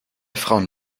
frauen